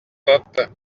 pop